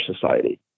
society